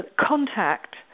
contact